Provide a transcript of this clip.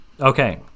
Okay